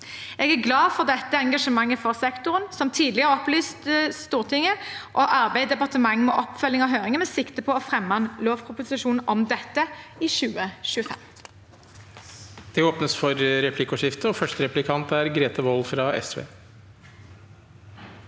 Jeg er glad for dette engasjementet for sektoren. Som det tidligere er opplyst Stortinget, arbeider departementet med oppfølging av høringen, med sikte på å fremme en lovproposisjon om dette i 2025.